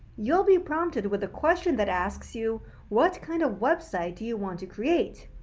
you'll be prompted with a question that asks you what kind of website do you want to create.